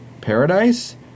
Paradise